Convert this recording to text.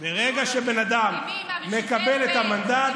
את המנדט, עם מי, עם המשותפת?